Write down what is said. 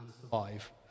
survive